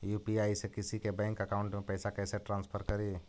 UPI से किसी के बैंक अकाउंट में पैसा कैसे ट्रांसफर करी?